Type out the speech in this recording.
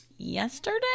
yesterday